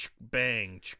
bang